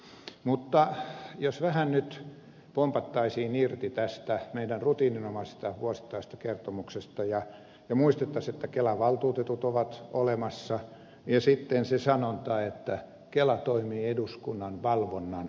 mutta jos vähän nyt pompattaisiin irti tästä meidän rutiininomaisesta vuosittaisesta kertomuksestamme ja muistettaisiin että kelan valtuutetut ovat olemassa ja sitten se sanonta että kela toimii eduskunnan valvonnan alla